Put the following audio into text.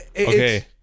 Okay